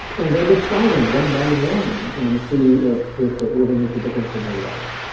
and then to try them one by one, and see if if it really makes a difference in their life.